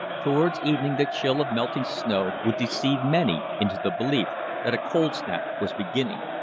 towards evening the chill of melting snow would deceive many into the belief that a cold snap was beginning.